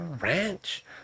ranch